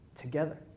together